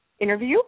interview